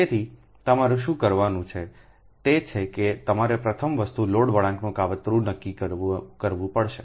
તેથી તમારે શું કરવાનું છે તે છે કે તમારે પ્રથમ વસ્તુ લોડ વળાંકની કાવતરું નક્કી કરવી પડશે